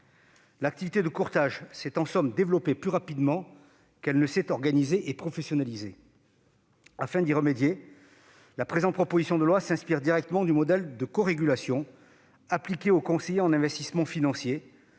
L'activité de courtage s'est en somme développée plus rapidement qu'elle ne s'est organisée et professionnalisée. Afin d'y remédier, la présente proposition de loi s'inspire directement du modèle de corégulation appliqué aux conseillers en investissements financiers,